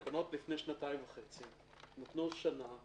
התקנות מלפני שנתיים וחצי נותנות שנה,